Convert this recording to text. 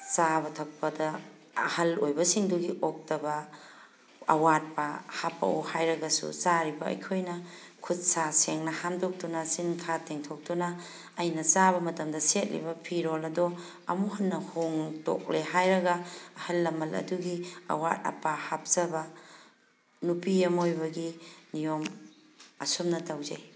ꯆꯥꯕ ꯊꯛꯄꯗ ꯑꯍꯜ ꯑꯣꯏꯕꯁꯤꯡꯗꯨꯒꯤ ꯑꯣꯛꯇꯕ ꯑꯋꯥꯠꯄ ꯍꯥꯞꯄꯛꯑꯣ ꯍꯥꯏꯔꯒꯁꯨ ꯆꯥꯔꯤꯕ ꯑꯩꯈꯣꯏꯅ ꯈꯨꯠꯁꯥ ꯁꯦꯡꯅ ꯍꯥꯝꯗꯣꯛꯇꯨꯅ ꯆꯤꯟ ꯈꯥ ꯇꯦꯡꯊꯣꯛꯇꯨꯅ ꯑꯩꯅ ꯆꯥꯕ ꯃꯇꯝꯗ ꯁꯦꯠꯂꯤꯕ ꯐꯤꯔꯣꯜ ꯑꯗꯣ ꯑꯃꯨꯛ ꯍꯟꯅ ꯍꯣꯡꯇꯣꯛꯂꯦ ꯍꯥꯏꯔꯒ ꯑꯍꯜ ꯂꯃꯟ ꯑꯗꯨꯒꯤ ꯑꯋꯥꯠ ꯑꯄꯥ ꯍꯥꯞꯆꯕ ꯅꯨꯄꯤ ꯑꯃ ꯑꯣꯏꯕꯒꯤ ꯅꯤꯌꯣꯝ ꯑꯁꯨꯝꯅ ꯇꯧꯖꯩ